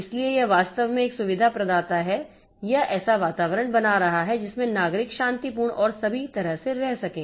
इसलिए यह वास्तव में एक सुविधा प्रदाता है या ऐसा वातावरण बना रहा है जिसमें नागरिक शांतिपूर्वक और सभी तरह से रह सकें